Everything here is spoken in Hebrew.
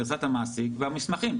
גרסת המעסיק והמסמכים.